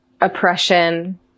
oppression